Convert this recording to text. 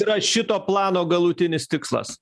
yra šito plano galutinis tikslas